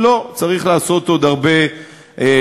לא, צריך לעשות עוד הרבה יותר.